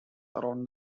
around